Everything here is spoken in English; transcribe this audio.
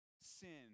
sin